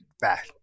back